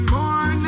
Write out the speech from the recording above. More